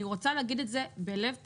אי רוצה להגיד את זה בלב פתוח,